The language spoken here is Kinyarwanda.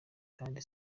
kandi